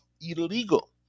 illegal